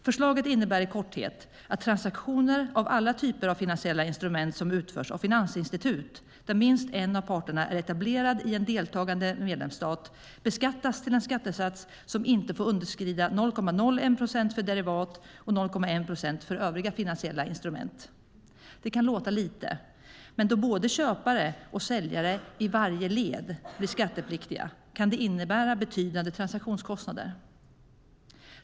Förslaget innebär i korthet att transaktioner av alla typer av finansiella instrument som utförs av finansinstitut, där minst en av parterna är etablerad i en deltagande medlemsstat beskattas till en skattesats som inte får underskrida 0,01 procent för derivat och 0,1 procent för övriga finansiella instrument. Det kan låta lite, men då både köpare och säljare i varje led blir skattepliktiga kan det innebära betydande transaktionskostnader.